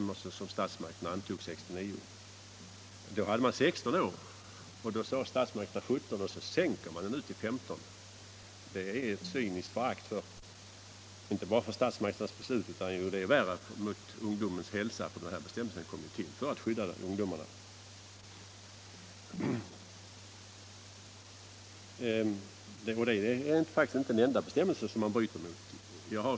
Tidigare hade man som lägsta åldersgräns 16 år, men 1969 sade statsmakterna att gränsen skulle sättas vid 17 år. Och nu sänker man till 15 år. Det är ju ett cyniskt förakt inte bara för statsmakternas beslut utan också — och det är mycket värre — för ungdomens hälsa, eftersom denna bestämmelse ju kom till för att skydda ungdomarna. Det är inte heller den enda bestämmelsen man bryter mot.